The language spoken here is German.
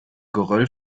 geröll